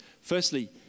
Firstly